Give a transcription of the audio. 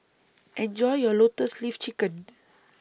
Enjoy your Lotus Leaf Chicken